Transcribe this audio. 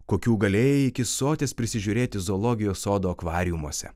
kokių galėjai iki soties prisižiūrėti zoologijos sodo akvariumuose